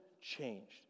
changed